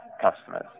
customers